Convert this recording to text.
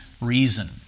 reason